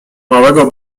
małego